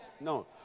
No